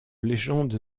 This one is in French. légende